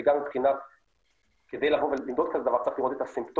וגם כדי למדוד כזה דבר צריך לראות את הסימפטומים,